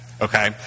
okay